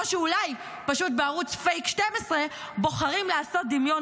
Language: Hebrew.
או שאולי פשוט בערוץ פייק 12 בוחרים לעשות דמיון